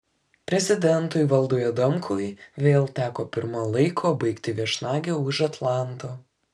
prezidentui valdui adamkui vėl teko pirma laiko baigti viešnagę už atlanto